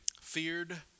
Feared